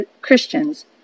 Christians